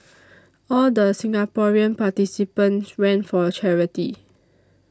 all the Singaporean participants ran for charity